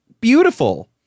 Beautiful